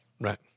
Right